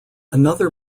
another